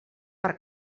per